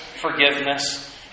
forgiveness